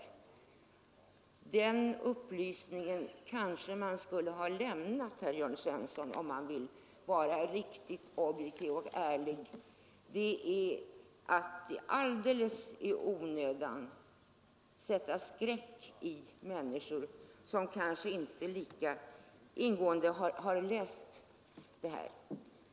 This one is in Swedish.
Den upplysningen kanske man skulle ha lämnat, herr Jörn Svensson, om man ville vara riktigt objektiv och ärlig och inte alldeles i onödan sätta skräck i människor som inte lika ingående har läst rapporten.